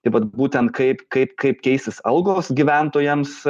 tai vat būtent kaip kaip kaip keisis algos gyventojams